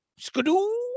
skadoo